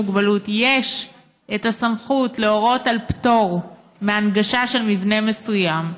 מוגבלות יש הסמכות להורות על פטור מהנגשה של מבנה מסוים,